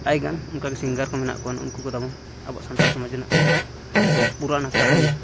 ᱛᱟᱭᱜᱟᱱ ᱚᱱᱠᱟᱜᱮ ᱥᱤᱝᱜᱟᱨᱠᱚ ᱢᱮᱱᱟᱜ ᱠᱚᱣᱟ ᱱᱩᱠᱩ ᱠᱚᱛᱟᱵᱚᱱ ᱟᱵᱚᱣᱟᱜ ᱥᱟᱱᱛᱟᱲ ᱥᱚᱢᱟᱡᱽ ᱨᱮᱱᱟᱜ ᱯᱩᱨᱟᱱᱟ ᱠᱟᱹᱦᱱᱤ